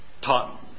taught